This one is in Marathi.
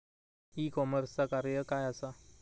ई कॉमर्सचा कार्य काय असा?